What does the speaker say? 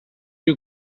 you